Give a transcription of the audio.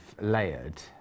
layered